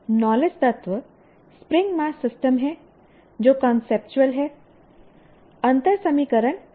knowledge तत्व spring mass system है जो कांसेप्चुअल है अंतर समीकरण कंडीशन है